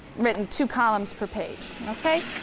written two columns per page. okay?